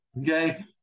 Okay